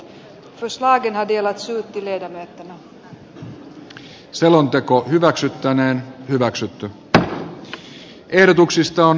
eduskunta katsoo että hallituksen toimet heikentävät kansanvaltaa ja luovat eriarvoisuutta ja toteaa että hallitus ei nauti eduskunnan luottamusta